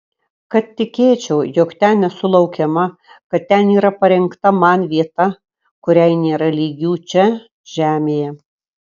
kad tikėčiau jog ten esu laukiama kad ten yra parengta man vieta kuriai nėra lygių čia žemėje